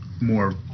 more